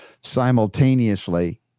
simultaneously